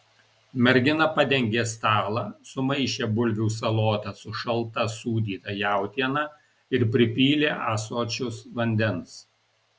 mergina padengė stalą sumaišė bulvių salotas su šalta sūdyta jautiena ir pripylė ąsočius vandens